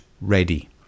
ready